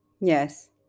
Yes